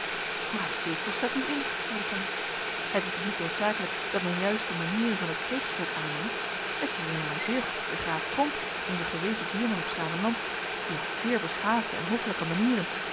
maar dat zie ik volstrekt niet in zeide tante het is toch niet noodzakelijk dat men juist de manieren van het scheepsvolk aanneemt ik herinner mij zeer goed den graaf tromp onzen gewezen buurman op s gravenland die had zeer beschaafde en hoffelijke manieren